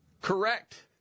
Correct